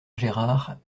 gérard